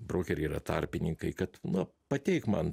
brokeriai yra tarpininkai kad na pateik man